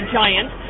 giant